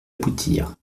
aboutir